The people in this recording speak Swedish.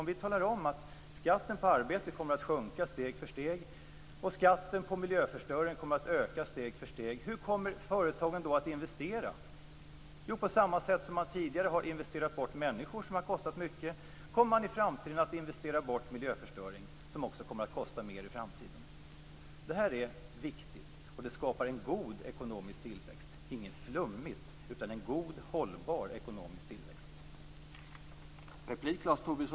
Om vi talar om att skatten på arbete kommer att minska steg för steg och att skatten på miljöförstöring kommer att öka steg för steg, hur kommer företagen då att investera? Jo, på samma sätt som man tidigare har investerat bort människor som har kostat mycket kommer man i framtiden att investera bort miljöförstöring som också kommer att kosta mer i framtiden. Det här är viktigt och det skapar en god ekonomisk tillväxt - inget flummigt, utan en god hållbar ekonomisk tillväxt.